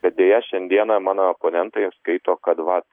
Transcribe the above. bet deja šiandieną mano oponentai skaito kad vat